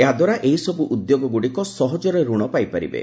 ଏହାଦ୍ୱାରା ଏହିସବୁ ଉଦ୍ୟୋଗଗୁଡ଼ିକ ସହଜରେ ଋଣ ପାଇପାରିବେ